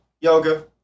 yoga